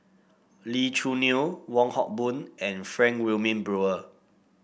Lee Choo Neo Wong Hock Boon and Frank Wilmin Brewer